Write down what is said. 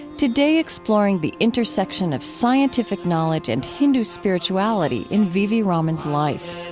today exploring the intersection of scientific knowledge and hindu spirituality in v v. raman's life